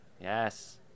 yes